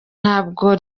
ntabwo